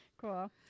Cool